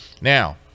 Now